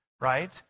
right